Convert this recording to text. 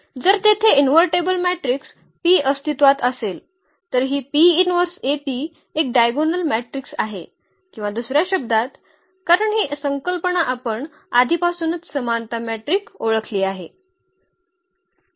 जर तेथे invertible matrix P अस्तित्त्वात असेल तर ही एक डायगोनल मॅट्रिक्स आहे किंवा दुसऱ्या शब्दांत कारण ही संकल्पना आपण आधीपासूनच समानता मॅट्रिक ओळखली आहे